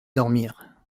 dormir